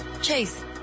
Chase